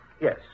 Yes